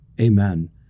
Amen